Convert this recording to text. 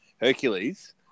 Hercules